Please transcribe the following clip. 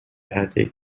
attic